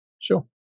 Sure